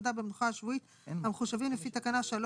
עבודה במנוחה השבועית המחושבים לפי תקנה ,3